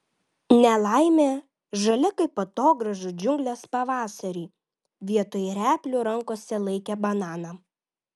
nelaimė žalia kaip atogrąžų džiunglės pavasarį vietoj replių rankose laikė bananą